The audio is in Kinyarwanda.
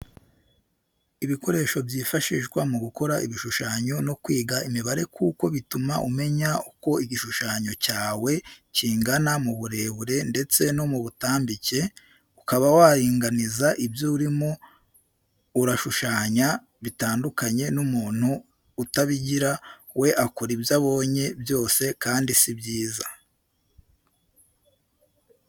Ibikoresho byifashishwa mu gukora ibishushanyo no kwiga imibare kuko bituma umemya uko igishushanyo cyawe kingana mu burebure ndetse no mu butambike, ukaba waringaniza ibyo urimo urashushanya bitandukanye n'umuntu utabigira we akora ibyo abonye byose kandi si byiza.